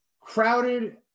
crowded